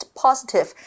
positive